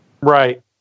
Right